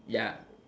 ya